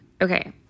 Okay